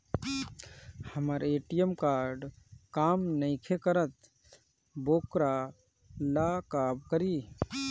हमर ATM card काम नईखे करत वोकरा ला का करी?